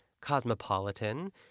cosmopolitan